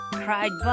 cried